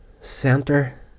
center